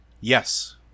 Yes